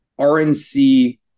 RNC